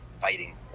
fighting